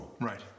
Right